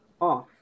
off